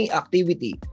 activity